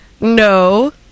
no